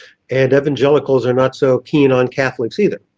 and evangelicals are not so keen on catholics either.